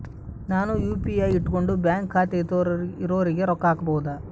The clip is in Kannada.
ನಾನು ಯು.ಪಿ.ಐ ಇಟ್ಕೊಂಡು ಬ್ಯಾಂಕ್ ಖಾತೆ ಇರೊರಿಗೆ ರೊಕ್ಕ ಹಾಕಬಹುದಾ?